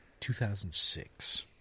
2006